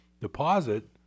deposit